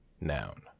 Noun